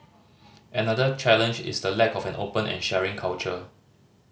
another challenge is the lack of an open and sharing culture